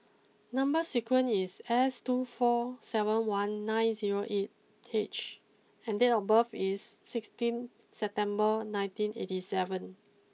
number sequence is S two four seven one nine zero eight H and date of birth is sixteen September nineteen eighty seven